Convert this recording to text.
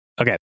Okay